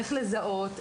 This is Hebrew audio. איך לזהות,